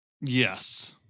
Yes